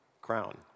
crown